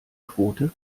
quote